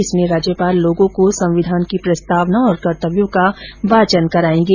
इसमें राज्यपाल लोगों को संविधान की प्रस्तावना और कर्तव्यों का वाचन करायेंगे